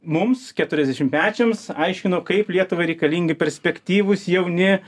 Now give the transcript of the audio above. mums keturiasdešimmečiams aiškino kaip lietuvai reikalingi perspektyvūs jauni